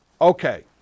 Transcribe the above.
Okay